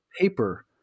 paper